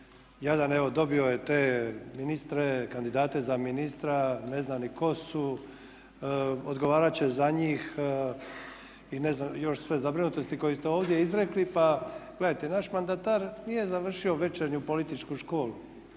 jadan evo dobio je te ministre kandidate za ministra, ne zna ni tko su, odgovarat će za njih i sve zabrinutosti koje ste ovdje izrekli. Pa gledajte, naš mandatar nije završio večernju političku školu